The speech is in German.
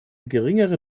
geringere